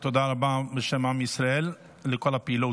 ותודה רבה בשם עם ישראל על כל הפעילות.